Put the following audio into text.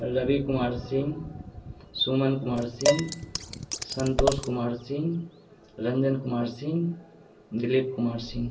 Ravi Kumar Singh Suman Kumar Singh Santosh Kumar Singh Ranjan Kumar Singh Dilip Kumar Singh